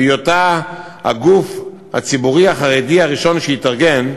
בהיותה הגוף הציבורי החרדי הראשון שהתארגן,